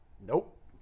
Nope